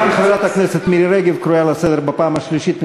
דוברת צה"ל לשעבר.